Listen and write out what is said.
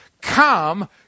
Come